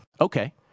Okay